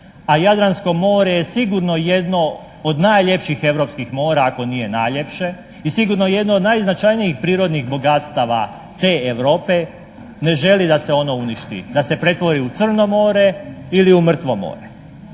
a Jadransko more je sigurno jedno od najljepših europskih mora, ako nije najljepše i sigurno je jedno od najznačajnijih prirodnih bogatstava te Europe ne želi da se ono uništi, da se pretvori u Crno more ili u Mrtvo more.